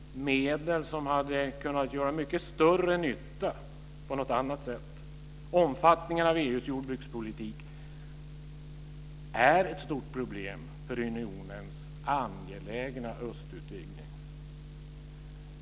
Dessa medel hade kunnat göra mycket större nytta på något annat sätt. Omfattningen av EU:s jordbrukspolitik är ett stort problem för unionens angelägna östutvidgning.